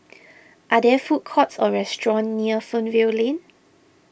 are there food courts or restaurants near Fernvale Lane